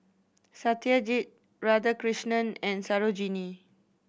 Satyajit Radhakrishnan and Sarojini